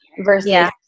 versus